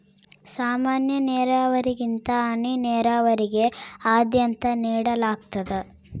ಸಾಮಾನ್ಯ ನೇರಾವರಿಗಿಂತ ಹನಿ ನೇರಾವರಿಗೆ ಆದ್ಯತೆ ನೇಡಲಾಗ್ತದ